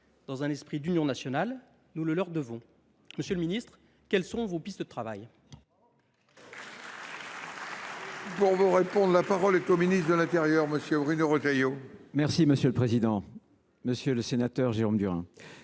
Dans un esprit d’union nationale, nous le leur devons. Monsieur le ministre, quelles sont vos pistes de travail ?